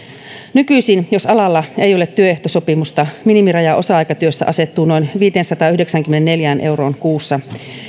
nykyisin jos alalla ei ole työehtosopimusta minimiraja osa aikatyössä asettuu noin viiteensataanyhdeksäänkymmeneenneljään euroon kuussa